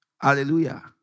Hallelujah